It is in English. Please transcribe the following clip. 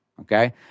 Okay